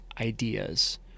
ideas